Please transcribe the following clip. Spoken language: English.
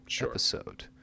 episode